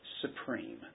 supreme